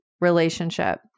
relationship